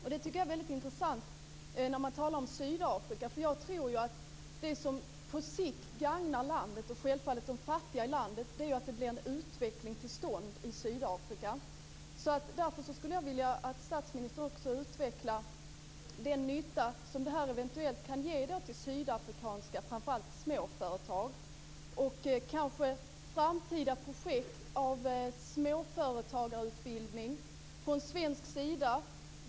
Detta tycker jag är väldigt intressant när man talar om Sydafrika. Jag tror att det som på sikt gagnar Sydafrika, och självfallet de fattiga i landet, är att en utveckling kommer till stånd där. Därför skulle jag vilja att statsministern utvecklade den nytta som det här eventuellt kan ha för sydafrikanska företag, framför allt små företag - kanske framtida projekt av småföretagarutbildning från svensk sida.